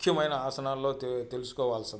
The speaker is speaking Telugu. ముఖ్యమైన ఆసనాల్లో తెలుసుకోవాల్సింది